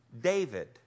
David